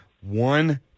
One